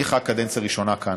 אני ח"כ קדנציה ראשונה כאן,